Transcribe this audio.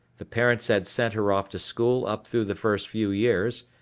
the parents had sent her off to school up through the first few years,